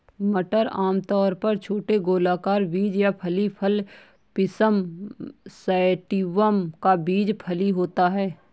मटर आमतौर पर छोटे गोलाकार बीज या फली फल पिसम सैटिवम का बीज फली होता है